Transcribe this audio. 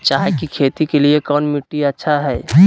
चाय की खेती के लिए कौन मिट्टी अच्छा हाय?